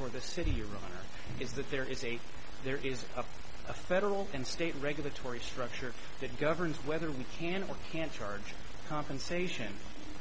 for the city you're wrong is that there is a there is a federal and state regulatory structure that governs whether we can or can't charge compensation